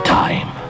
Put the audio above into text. time